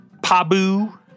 Pabu